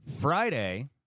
friday